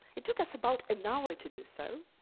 it took us about an hour to do so,